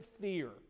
fear